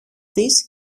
της